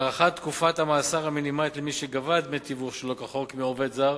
הארכת תקופת המאסר המינימלית למי שגבה דמי תיווך שלא כחוק מעובד זר,